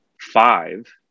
five